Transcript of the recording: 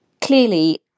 clearly